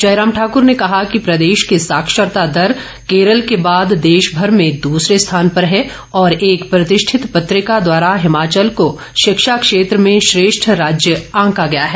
जयराम ठाकर ने कहा कि प्रदेश की साक्षरता दर केरल के बाद देशभर में दूसरे स्थान पर है और एक प्रतिष्ठित पत्रिका द्वारा हिमाचल को शिक्षा क्षेत्र में श्रेष्ठ राज्य आंका गया है